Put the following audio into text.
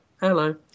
Hello